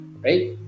right